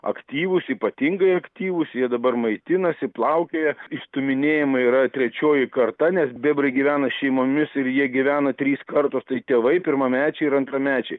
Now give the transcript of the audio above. aktyvūs ypatingai aktyvūs jie dabar maitinasi plaukioja išstuminėjama yra trečioji karta nes bebrai gyvena šeimomis ir jie gyvena trys kartos tai tėvai pirmamečiai ir antramečiai